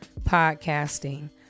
podcasting